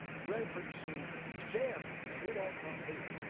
referencing death. and it ought not be.